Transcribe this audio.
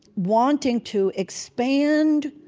wanting to expand